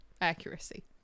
accuracy